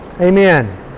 amen